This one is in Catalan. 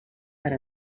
per